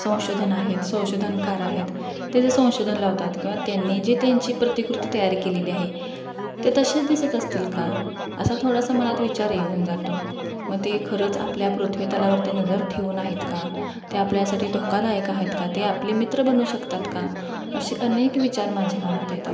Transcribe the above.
संशोधन आहेत संशोधनकार आहेत ते जे संशोधन लावतात किंवा त्यांनी जे त्यांची प्रतिकृती तयार केलेली आहे ते तसेच दिसत असतील का असा थोडासा मनात विचार येऊन जातो मग ते खरंच आपल्या पृथ्वीतलावरती नजर ठेवून आहेत का ते आपल्यासाठी धोकादायक आहेत का ते आपले मित्र बनू शकतात का असे अनेक विचार माझ्या मनात येतात